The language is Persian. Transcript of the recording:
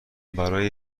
برای